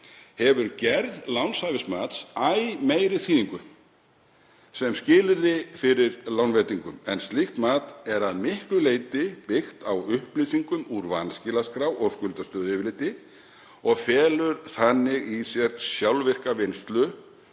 hefur gerð lánshæfismats haft æ meiri þýðingu sem skilyrði fyrir lánveitingum, en slíkt mat er að miklu leyti byggt á upplýsingum úr vanskilaskrá og skuldastöðuyfirliti og felur þannig í sér sjálfvirka vinnslu